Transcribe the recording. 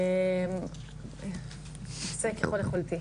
אני אעשה ככול יכולתי.